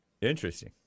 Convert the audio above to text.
Interesting